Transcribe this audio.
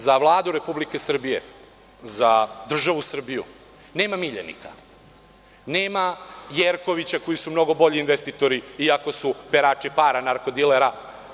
Za Vladu Republike Srbije, za državu Srbiju, nema miljenika, nema Jerkovića koji su mnogo bolji investitori, iako su perači para narkodilera.